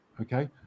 Okay